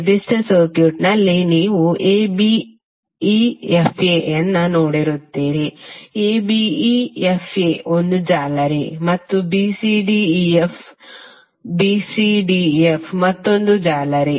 ನಿರ್ದಿಷ್ಟ ಸರ್ಕ್ಯೂಟ್ನಲ್ಲಿ ನೀವು abefa ವನ್ನು ನೋಡುತ್ತೀರಿ abefa 1 ಜಾಲರಿ ಮತ್ತು bcdef bcdef ಮತ್ತೊಂದು ಜಾಲರಿ